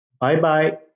bye-bye